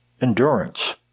endurance